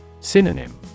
Synonym